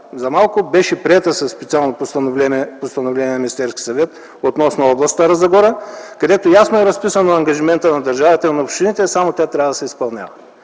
програма беше приета със специално постановление на Министерския съвет относно област Стара Загора, където ясно е разписан ангажимента на държавата и на общините. Тя само трябва да се изпълнява.